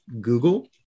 Google